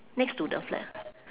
next to the flat